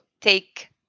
take